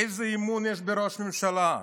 איזה אמון יש בראש הממשלה?